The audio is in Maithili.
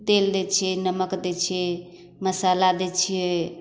तेल दै छिए नमक दै छिए मसल्ला दै छिए